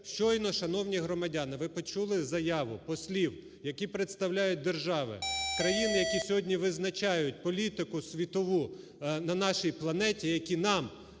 щойно, шановні громадяни, ви почули заяву послів, які представляють держави, країни, які сьогодні визначають політику світову на нашій планеті, які нам